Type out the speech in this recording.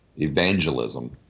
evangelism